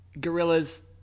gorillas